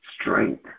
strength